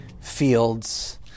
fields